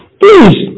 please